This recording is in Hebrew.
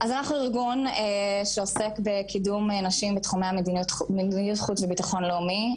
אז אנחנו ארגון שעוסק בקידום נשים בתחומי מדיניות חוץ וביטחון לאומי,